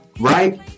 Right